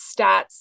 stats